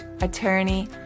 attorney